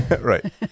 Right